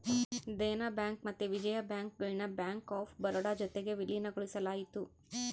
Dena bank ಮತ್ತೆ Vijaya bank ಗುಳ್ನ bank of Baroda ಜೊತಿಗೆ ವಿಲೀನಗೊಳಿಸಲಾಯಿತು